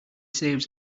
saves